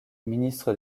ministre